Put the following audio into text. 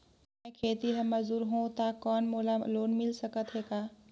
मैं खेतिहर मजदूर हों ता कौन मोला लोन मिल सकत हे का?